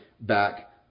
back